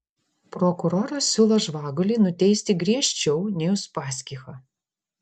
prokuroras siūlo žvagulį nuteisti griežčiau nei uspaskichą